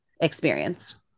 experience